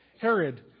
Herod